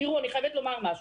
תראו, אני חייבת לומר משהו.